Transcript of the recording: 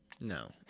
No